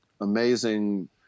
amazing